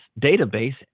database